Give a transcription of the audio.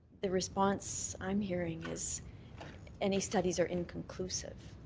the response i'm hearing is any studies are inclusive.